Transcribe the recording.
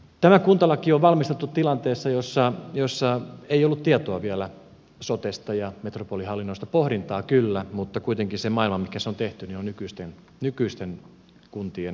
tämä kuntalaki on valmisteltu tilanteessa jossa ei ollut vielä tietoa sotesta ja metropolihallinnosta pohdintaa kyllä mutta kuitenkin se maailma mihinkä se on tehty on nykyisten kuntien maailma